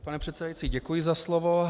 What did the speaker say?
Pane předsedající, děkuji za slovo.